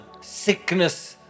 sickness